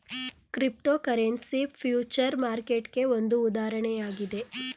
cryptocurrency future ಮಾರ್ಕೆಟ್ಗೆ ಒಂದು ಉದಾಹರಣೆಯಾಗಿದೆ